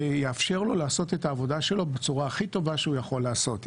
שיאפשר לו לעשות את העבודה שלו בצורה הכי טובה שהוא יכול לעשות.